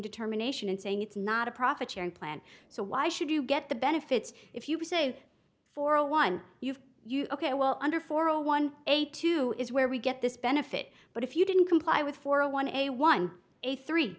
determination in saying it's not a profit sharing plan so why should you get the benefits if you say for a one you've you ok well under four a one a two is where we get this benefit but if you didn't comply with for a one a one a three